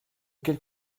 quelle